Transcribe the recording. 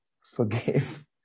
forgive